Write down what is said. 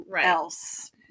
else